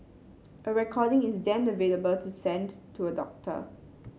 a recording is then available to send to a doctor